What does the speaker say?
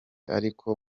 ariko